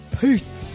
Peace